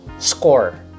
score